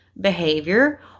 behavior